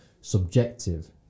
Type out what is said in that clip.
subjective